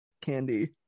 Candy